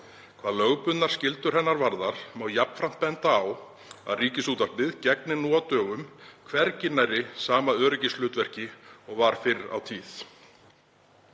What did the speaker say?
Hvað lögbundnar skyldur hennar varðar má jafnframt benda á að Ríkisútvarpið gegnir nú á dögum hvergi nærri sama öryggishlutverki og fyrr á tíð.